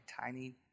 tiny